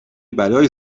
بلایی